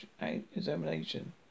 examination